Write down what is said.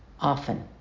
often